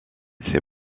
s’est